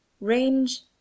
Range